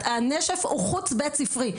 הנשף הוא חוץ בית ספרי.